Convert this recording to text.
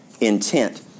intent